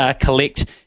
collect